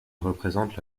représente